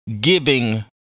giving